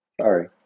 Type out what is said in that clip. Sorry